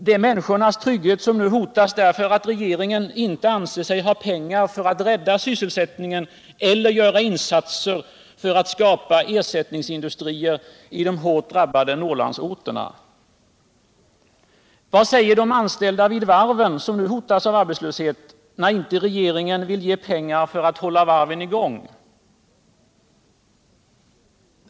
Det är människornas trygghet som nu hotas, därför att regeringen inte anser sig ha pengar att rädda sysselsättningen eller göra insatser för att skapa ersättningsindustrier i de hårt drabbade Norrlandsorterna. Vad säger de anställda vid varven, som nu hotas av arbetslöshet, när regeringen inte vill ge pengar för att hålla varven i gång?